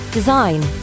Design